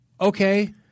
Okay